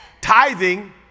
Tithing